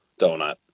donut